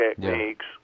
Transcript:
techniques